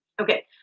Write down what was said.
Okay